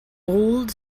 old